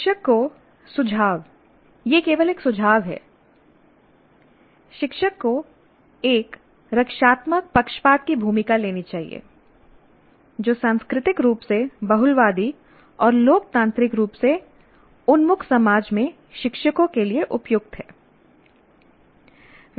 शिक्षक को सुझाव यह केवल एक सुझाव है शिक्षक को एक रक्षात्मक पक्षपात की भूमिका लेनी चाहिए जो सांस्कृतिक रूप से बहुलवादी और लोकतांत्रिक रूप से उन्मुख समाज में शिक्षकों के लिए उपयुक्त है